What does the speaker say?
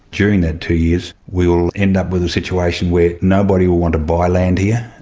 during that two years we'll end up with situation where nobody will want to buy land here,